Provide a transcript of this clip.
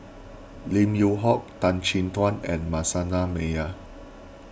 Lim Yew Hock Tan Chin Tuan and Manasseh Meyer